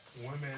women